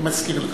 אני מסכים אתך,